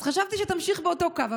אז חשבתי שתמשיך באותו קו.